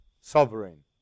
Sovereign